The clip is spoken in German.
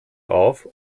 auf